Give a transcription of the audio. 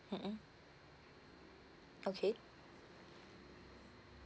um mm okay